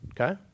okay